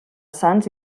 sans